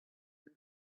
and